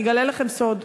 אני אגלה לכם סוד: